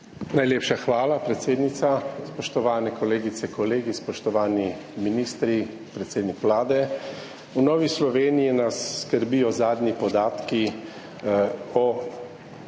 Najlepša hvala, predsednica. Spoštovane kolegice, kolegi, spoštovani ministri, predsednik Vlade! V Novi Sloveniji nas skrbijo zadnji podatki o